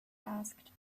asked